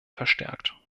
verstärkt